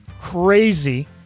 crazy